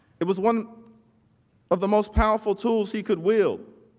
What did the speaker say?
it was one of the most powerful tools he could wield.